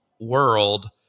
world